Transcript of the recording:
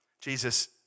Jesus